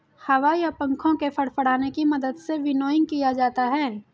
हवा या पंखों के फड़फड़ाने की मदद से विनोइंग किया जाता है